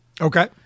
Okay